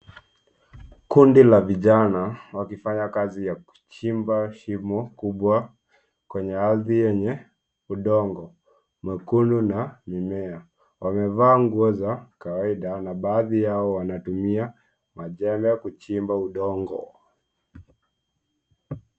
Kundi la vijana wakifanya kazi ya kuchimba shimo kubwa kwenye ardhi yenye udongo mwekundu na mimea. Wamevaa nguo za kawaida na baadhi yao wanatumia majembe kuchimba udongo.